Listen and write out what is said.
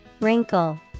Wrinkle